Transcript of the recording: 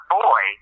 boy